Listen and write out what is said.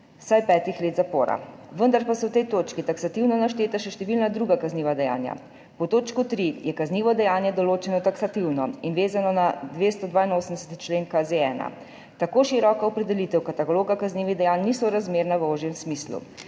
vsaj petih let zapora. Vendar pa so v tej točki taksativno našteta še številna druga kazniva dejanja. Pod točko 3 je kaznivo dejanje določeno taksativno in vezano na 282. člen KZ-1. Tako široka opredelitev kataloga kaznivih dejanj ni sorazmerna v ožjem smislu.